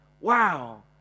Wow